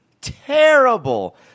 terrible